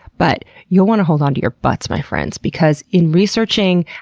but you'll want to hold onto your butts my friends, because in researching,